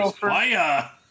fire